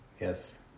Yes